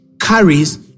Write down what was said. carries